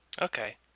Okay